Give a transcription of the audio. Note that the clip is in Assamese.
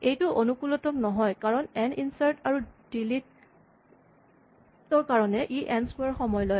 এইটো অনুকুলতম নহয় কাৰণ এন ইনচাৰ্ট আৰু ডিলিট ৰ কাৰণে ই এন স্কোৱাৰ সময় লয়